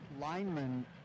linemen